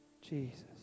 Jesus